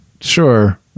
sure